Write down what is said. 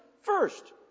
first